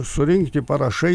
surinkti parašai